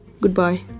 Goodbye